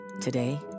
Today